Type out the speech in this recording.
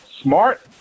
smart